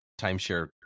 timeshare